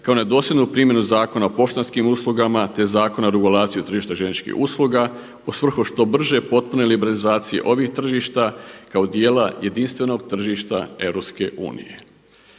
kao nedosljednu primjenu Zakona o poštanskim uslugama, te Zakona o regulaciji tržišta željezničkih usluga u svrhu što brže potpune liberalizacije ovih tržišta kao dijela jedinstvenog tržišta